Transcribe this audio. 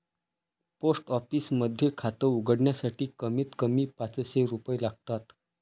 post office मध्ये खात उघडण्यासाठी कमीत कमी पाचशे रुपये लागतात